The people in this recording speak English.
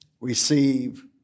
receive